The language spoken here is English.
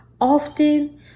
Often